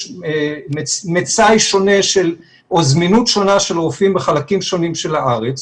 יש מצאי שונה או זמינות שונה של רופאים בחלקים שונים של הארץ,